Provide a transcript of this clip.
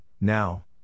now